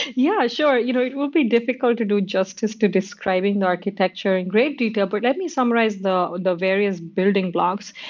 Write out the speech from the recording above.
yeah, sure. you know it will be difficult to do just just describing the architecture in great detail, but let me summarize the the various building blocks.